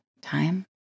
time